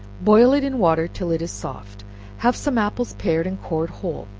boil it in water till it is soft have some apples pared and cored whole,